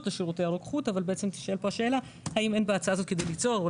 לשירותי הרוקחות אבל תישאל פה השאלה האם אין בהצעה הזאת כדי ליצור או